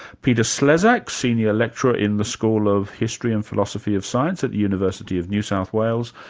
peter slezak, senior lecturer in the school of history and philosophy of science at the university of new south wales,